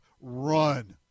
run